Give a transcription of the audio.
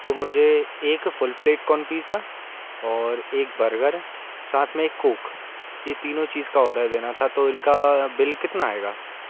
तो मुझे एक फ़ुल प्लेट कॉर्न पीज़्ज़ा और एक बर्गर साथ में एक कोक ये तीनों चीज़ का आर्डर देना था तो इनका बिल कितना आएगा